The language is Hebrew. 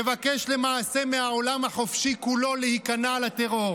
מבקש למעשה מהעולם החופשי כולו להיכנע לטרור.